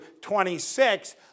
26